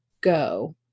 go